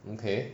okay